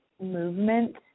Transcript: movement